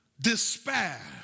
Despair